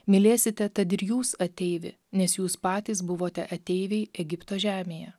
mylėsite tad ir jūs ateivį nes jūs patys buvote ateiviai egipto žemėje